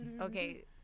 Okay